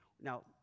Now